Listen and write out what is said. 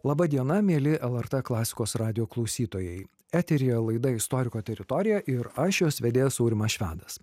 laba diena mieli lrt klasikos radijo klausytojai eteryje laidą istoriko teritorija ir aš jos vedėjas aurimas švedas